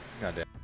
goddamn